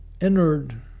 entered